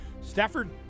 Stafford